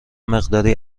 مقداری